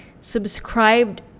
subscribed